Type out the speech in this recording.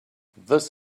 this